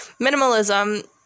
Minimalism